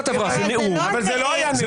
היה נאום.